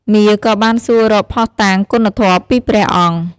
មារក៏បានសួររកភស្តុតាងគុណធម៌ពីព្រះអង្គ។